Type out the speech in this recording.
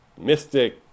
mystic